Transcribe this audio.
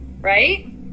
right